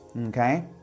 okay